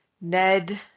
Ned